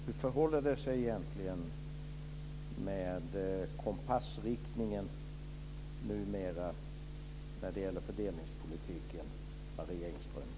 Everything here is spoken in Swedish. Hur förhåller det sig egentligen med kompassriktningen numera när det gäller fördelningspolitiken, Marie Engström?